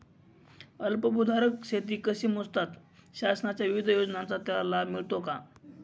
अल्पभूधारक शेती कशी मोजतात? शासनाच्या विविध योजनांचा त्याला लाभ मिळतो का?